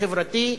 החברתי,